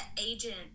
agent